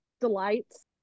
delights